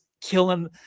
killing